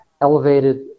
elevated